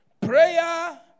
Prayer